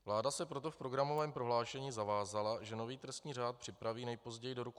Vláda se proto v programovém prohlášení zavázala, že nový trestní řád připraví nejpozději do roku 2017.